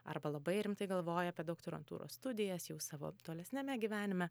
arba labai rimtai galvoja apie doktorantūros studijas jau savo tolesniame gyvenime